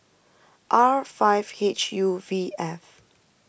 R five H U V F